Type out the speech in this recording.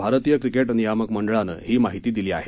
भारतीय क्रिकेट नियामक मंडळांनं ही माहिती दिली आहे